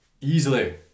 Easily